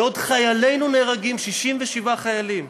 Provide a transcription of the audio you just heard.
בעוד חיילינו נהרגים, 67 חיילים,